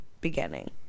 beginning